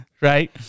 right